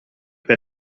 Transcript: per